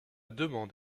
demande